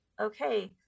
okay